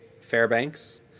Fairbanks